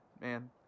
Man